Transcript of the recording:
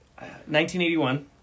1981